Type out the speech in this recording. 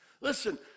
Listen